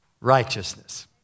righteousness